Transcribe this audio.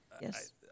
Yes